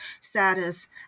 status